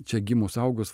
čia gimus augus